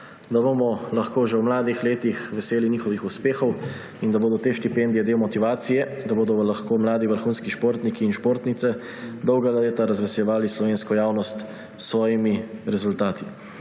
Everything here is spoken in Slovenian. da bomo lahko že v mladih letih veseli njihovih uspehov, in da bodo te štipendije del motivacije, da bodo lahko mladi vrhunski športniki in športnice dolga leta razveseljevali slovensko javnost s svojimi rezultati.